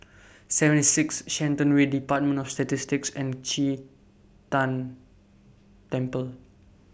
seventy six Shenton Way department of Statistics and Qi Tan Temple